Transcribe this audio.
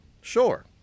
Sure